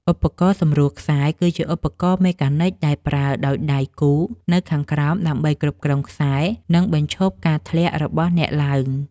ឧបករណ៍សម្រួលខ្សែ គឺជាឧបករណ៍មេកានិចដែលប្រើដោយដៃគូនៅខាងក្រោម ដើម្បីគ្រប់គ្រងខ្សែ និងបញ្ឈប់ការធ្លាក់របស់អ្នកឡើង។